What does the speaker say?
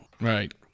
Right